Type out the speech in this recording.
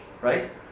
right